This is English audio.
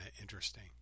interesting